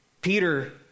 Peter